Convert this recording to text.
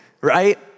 right